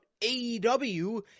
AEW